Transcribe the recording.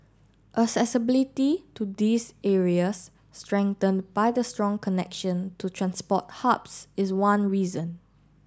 accessibility to these areas strengthened by the strong connection to transport hubs is one reason